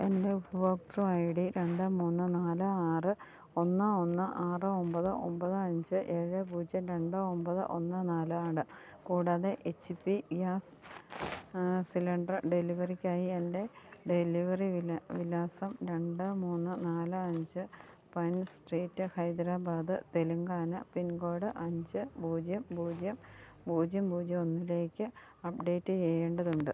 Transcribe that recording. എൻ്റെ ഉപഭോക്തൃ I D രണ്ട് മൂന്ന് നാല് ആറ് ഒന്ന് ഒന്ന് ആറ് ഒമ്പത് ഒമ്പത് അഞ്ച് ഏഴ് പൂജ്യം രണ്ട് ഒമ്പത് ഒന്ന് നാല് ആണ് കൂടാതെ എച് പി ഗ്യാസ് സിലിണ്ടർ ഡെലിവറിക്കായി എൻ്റെ ഡെലിവറി വിലാസം രണ്ട് മൂന്ന് നാല് അഞ്ച് Pine Street Hyderabad Telangana pincode അഞ്ച് പൂജ്യം പൂജ്യം പൂജ്യം പൂജ്യം ഒന്നിലേക്ക് അപ്ഡേറ്റ് ചെയ്യേണ്ടതുണ്ട്